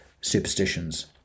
superstitions